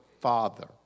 Father